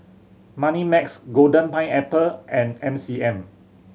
Moneymax Golden Pineapple and M C M